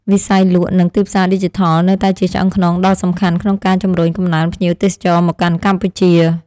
វិស័យលក់និងទីផ្សារឌីជីថលនៅតែជាឆ្អឹងខ្នងដ៏សំខាន់ក្នុងការជំរុញកំណើនភ្ញៀវទេសចរមកកាន់កម្ពុជា។